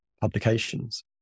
publications